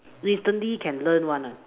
recently can learn what ah